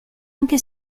anche